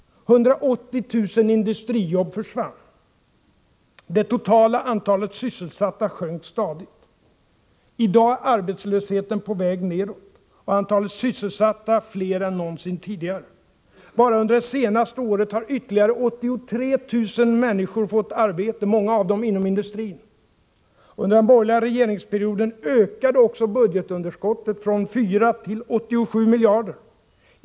180 000 industrijobb försvann. Det totala antalet sysselsatta sjönk stadigt. I dag är arbetslösheten på väg nedåt och antalet sysselsatta större än någonsin tidigare. Bara under det senaste året har ytterligare 83 000 människor fått arbete — många av dem inom industrin. o Under den borgerliga regeringsperioden ökade också budgetunderskottet från 4 till 87 miljarder kronor.